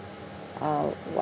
uh